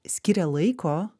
skiria laiko